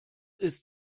ist